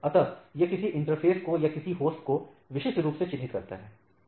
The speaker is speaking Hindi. अतः यह किसी इंटरफ़ेस को या किसी होस्ट को विशिष्ट रूप से चिन्हित करता है